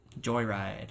Joyride